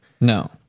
No